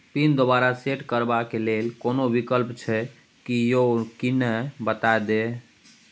Pin दोबारा set करबा के लेल कोनो विकल्प छै की यो कनी बता देत?